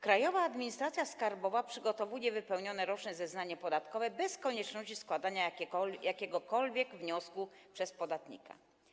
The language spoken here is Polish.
Krajowa Administracja Skarbowa przygotuje wypełnione roczne zeznanie podatkowe bez konieczności składania jakiegokolwiek wniosku przez podatnika.